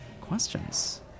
questions